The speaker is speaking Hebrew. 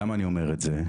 למה אני אומר את זה?